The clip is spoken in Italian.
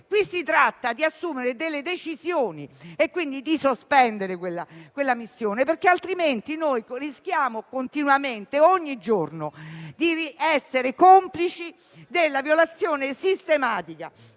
qui si tratta di assumere delle decisioni e quindi di sospendere quella missione, altrimenti rischiamo continuamente, ogni giorno, di essere complici di una violazione sistematica